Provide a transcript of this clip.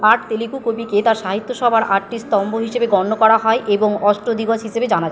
আট তেলুগু কবিকে তাঁর সাহিত্যসভার আটটি স্তম্ভ হিসেবে গণ্য করা হয় এবং অষ্টদিগ্গজ হিসেবে জানা